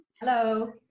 Hello